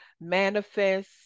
manifest